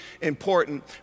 important